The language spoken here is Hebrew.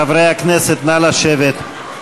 חברי הכנסת, נא לשבת.